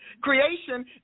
Creation